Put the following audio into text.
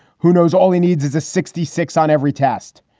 who knows. all he needs is a sixty six on every test.